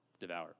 devour